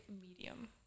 medium